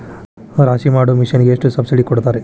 ರಾಶಿ ಮಾಡು ಮಿಷನ್ ಗೆ ಎಷ್ಟು ಸಬ್ಸಿಡಿ ಕೊಡ್ತಾರೆ?